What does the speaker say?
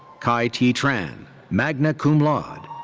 kha-ai t. tran, magna cum laude.